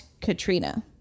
Katrina